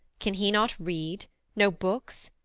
can he not read no books?